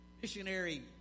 Missionary